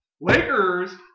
Lakers